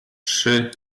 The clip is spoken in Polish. trzy